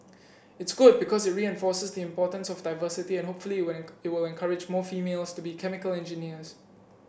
it's good because it reinforces the importance of diversity and hopefully it when it will encourage more females to be chemical engineers